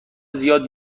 زیاد